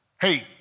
hey